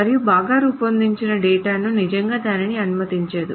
మరియు బాగా రూపొందించిన డేటాబేస్ నిజంగా దానిని అనుమతించదు